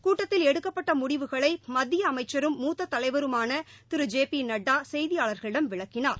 கூட்டத்தில் எடுக்கப்பட்ட முடிவுகளை மத்திய அமைச்சரும் மூத்த தலைவருமான திரு ஜே பி நட்டா செய்தியாளர்களிடம் விளக்கினார்